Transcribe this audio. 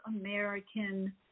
American